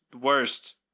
Worst